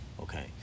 okay